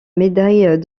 médaille